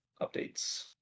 updates